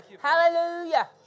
Hallelujah